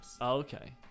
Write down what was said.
Okay